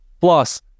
plus